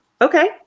Okay